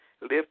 Lift